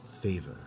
favor